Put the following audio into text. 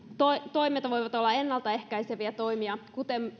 toimet voivat olla ennalta ehkäiseviä toimia kuten